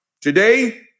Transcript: today